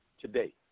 today